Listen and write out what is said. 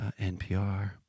NPR